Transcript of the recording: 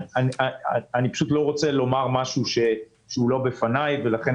אני פשוט לא רוצה לומר משהו כשהנתונים לא בפניי ולכן